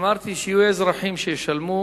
אמרתי שיהיו אזרחים שישלמו